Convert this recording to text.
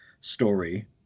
story